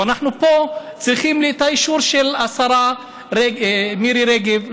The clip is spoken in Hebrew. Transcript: ואנחנו פה צריכים את האישור של השרה מירי רגב.